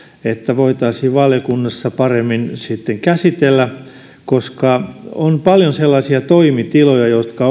sitä voitaisiin valiokunnassa paremmin käsitellä on paljon sellaisia toimitiloja jotka